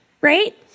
right